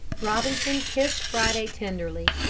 robinson kissed friday tenderly.